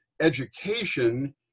education